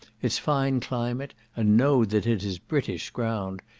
its fine climate, and know that it is british ground,